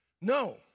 No